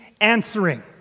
answering